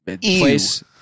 place